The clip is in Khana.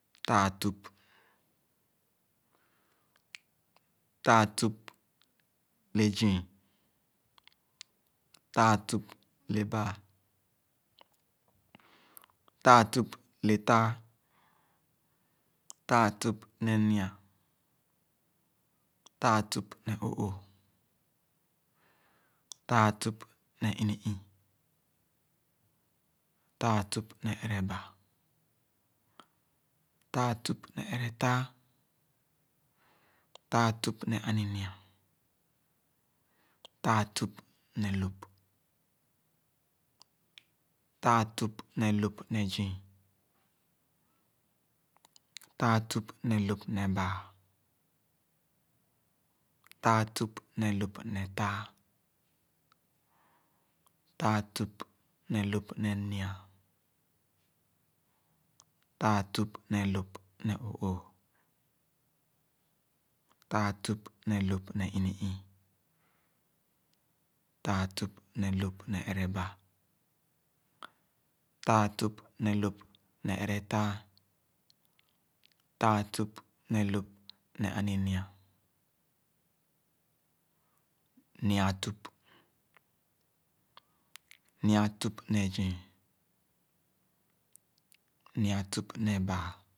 Tàà-tup, tàà-tüp le zii, taa-tüp le bàà, tàà-tüp le tàà, tàà-tüp le nyi-a m, tàà-tüp le oõõh, tàà-tüp le ini-ii, tàà-tüp le aninyia, tàà-tüp le lop. Tàà-tüp ne lóp ne zii, tàà-tüp ne lop ne bàà, taa-tüp ne lop ne tàà-tüp ne lol ne nyi-a, tãã-tüp ne lop ne oõõh, tàà-tüp ne lop ne ini-ii, tàà-tüp ne lop ne erebà, taa-tüp ne lop ne eretaa, tàà-tüp ne lop ne aninyia, tàà-tup ne lóp. Nyi-a tüp ne zii, nyi-a tüp ne baa.